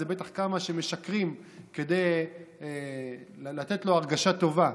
אלה בטח כמה שמשקרים כדי לתת לו הרגשה טובה,